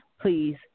please